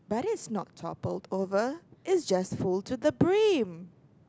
but that's not toppled over it's just full to the brim